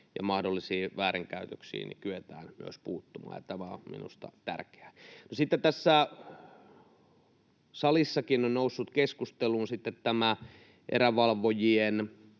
ja mahdollisiin väärinkäytöksiin kyetään myös puuttumaan. Tämä on minusta tärkeää. No, sitten tässä salissakin on noussut keskusteluun tämä erävalvojien